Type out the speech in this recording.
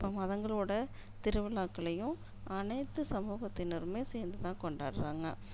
இப்போ மதங்களோட திருவிழாக்களையும் அனைத்து சமூகத்தினருமே சேர்ந்துதான் கொண்டாடுறாங்க